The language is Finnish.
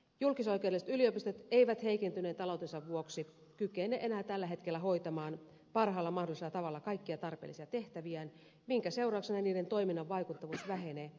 julkisoikeudelliset yliopistot eivät heikentyneen taloutensa vuoksi kykene enää tällä hetkellä hoitamaan parhaalla mahdollisella tavalla kaikkia tarpeellisia tehtäviään minkä seurauksena niiden toiminnan vaikuttavuus vähenee